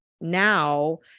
now